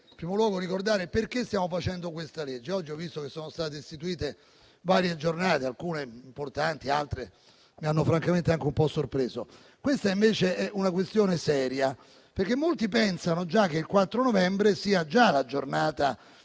in primo luogo, perché stiamo discutendo questo disegno di legge. Oggi ho visto che sono state istituite varie giornate, alcune importanti, altre mi hanno francamente anche un po' sorpreso. Questa invece è una questione seria, perché molti pensano che il 4 novembre sia già la giornata